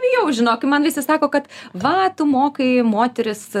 bijau žinok man visi sako kad va tu mokai moteris